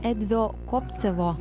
edvio kopsevo